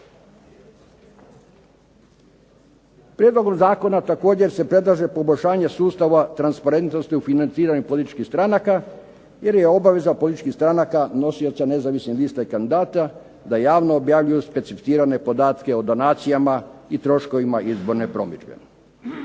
Prijedlogom zakona također se predlaže poboljšanje sustava transparentnosti u financiranju političkih stranaka jer je obaveza političkih stranaka nosioca nezavisnih lista i kandidata da javno objavljuju specificirane podatke o donacijama i troškovima izborne promidžbe.